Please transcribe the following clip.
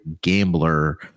gambler